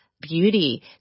beauty